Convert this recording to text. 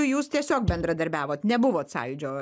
jūs tiesiog bendradarbiavot nebuvot sąjūdžio